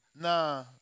Nah